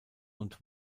und